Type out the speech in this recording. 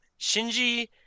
Shinji